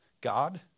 God